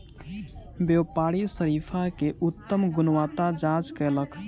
व्यापारी शरीफा के उत्तम गुणवत्ताक जांच कयलक